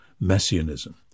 messianism